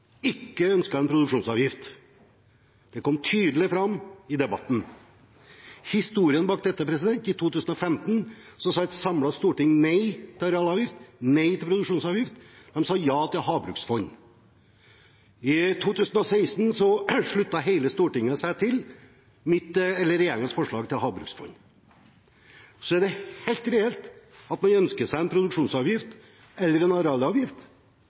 ikke ønsket en produksjonsavgift. Det kom tydelig fram i debatten. Historien bak dette er at i 2015 sa et samlet storting nei til arealavgift, nei til produksjonsavgift, og de sa ja til havbruksfond. I 2016 sluttet hele Stortinget seg til regjeringens forslag til havbruksfond. Det er helt reelt at man ønsker seg en produksjonsavgift, eller en arealavgift,